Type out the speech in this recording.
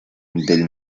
del